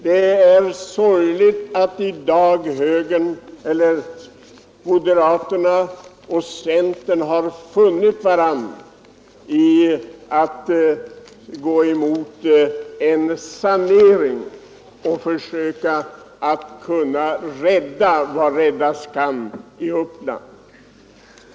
Det är sorgligt att moderaterna och centern i dag har funnit varandra och går emot en sanering och försöken att rädda vad som räddas kan i Uppland.